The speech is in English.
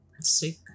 sick